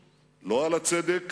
לא על הזכות, לא על הצדק